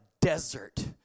desert